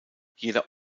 jeder